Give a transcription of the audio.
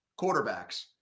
quarterbacks